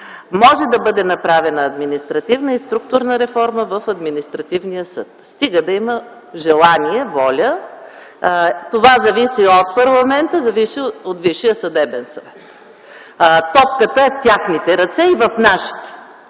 Може да бъде направена административна и структурна реформа в административния съд, стига да има желание и воля. Това зависи от парламента, зависи и от Висшия съдебен съвет. Топката е в техните ръце и в нашите.